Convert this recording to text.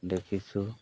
দেখিছোঁ